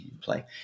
play